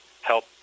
help